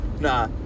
Nah